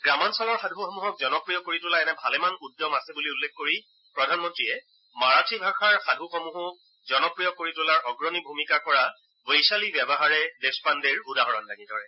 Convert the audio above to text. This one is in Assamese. গ্ৰামাঞ্চলৰ সাধুসমূহক জনপ্ৰিয় কৰি তোলা এনে ভালেমান উদ্যম আছে বুলি উল্লেখ কৰি প্ৰধানমন্ত্ৰীয়ে মাৰাঠী ভাষাৰ সাধুসমূহো জনপ্ৰিয় কৰি তোলাৰ অগ্ৰণী ভূমিকা কৰা বৈশালী ব্যাৱাহাৰে দেশপাণ্ডেৰ উদাহৰণ দাঙি ধৰে